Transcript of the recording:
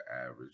average